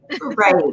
Right